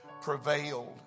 prevailed